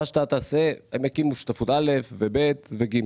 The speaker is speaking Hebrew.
מה שאתה תעשה הם יקימו שותפות א' ו-ב' ו-ג',